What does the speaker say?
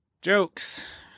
jokes